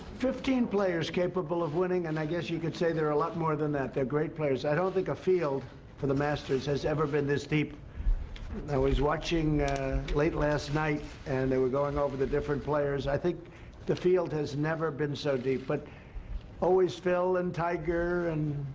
fifteen players capable of winning, and i guess you could say there are a lot more than that. they're great players. i don't think a field for the masters has ever been this deep. i was watching late last night, and they were going over the different players. i think the field has never been so deep. but always phil and tiger and.